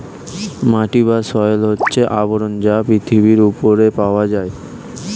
মাটি বা সয়েল হচ্ছে আবরণ যা পৃথিবীর উপরে পাওয়া যায়